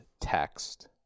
text